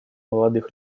молодых